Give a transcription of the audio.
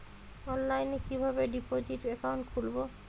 অনলাইনে কিভাবে deposit account খুলবো?